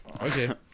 Okay